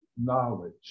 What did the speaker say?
Knowledge